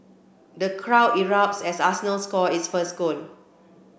the crowd erupts as Arsenal score its first goal